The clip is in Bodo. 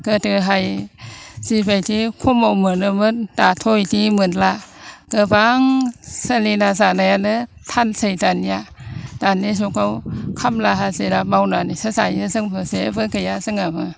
गोदोहाय जिबायदि खमाव मोनोमोन दाथ' बेदि मोनला गोबां सोलिना जानायानो थानसै दानिया दानि जुगाव खामला हाजिरा मावनानैसो जायो जोंबो जेबो गैया जोंनाबो